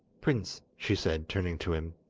prince, she said, turning to him,